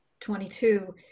22